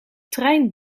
trein